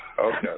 Okay